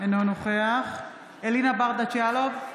אינו נוכח אלינה ברדץ' יאלוב,